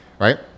right